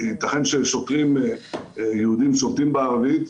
ייתכן ששוטרים יהודים שולטים בערבית,